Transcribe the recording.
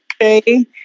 Okay